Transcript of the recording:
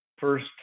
First